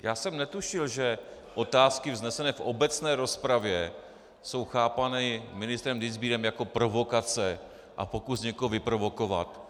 Já jsem netušil, že otázky vznesené v obecné rozpravě jsou chápány ministrem Dienstbierem jako provokace a pokus někoho vyprovokovat.